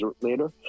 later